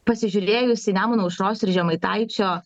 pasižiūrėjus į nemuną aušros ir žemaitaičio